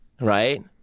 right